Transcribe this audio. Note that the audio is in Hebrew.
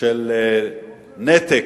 של נתק,